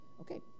Okay